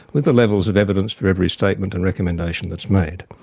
with the levels of evidence for every statement and recommendation that's made.